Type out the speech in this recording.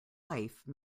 life